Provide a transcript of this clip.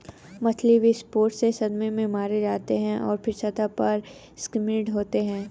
मछली विस्फोट से सदमे से मारे जाते हैं और फिर सतह से स्किम्ड होते हैं